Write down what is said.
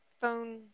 phone